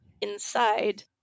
inside